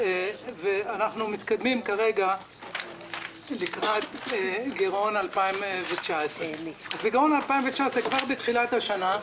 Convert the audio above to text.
אנחנו מתקדמים כרגע לקראת גירעון 2019. בגירעון 2019 כבר בתחילת השנה,